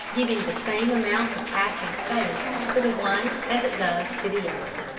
giving the same amount of passing space to the one as it does to the other.